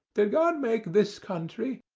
did god make this country?